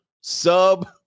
sub